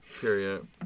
Period